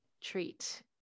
treat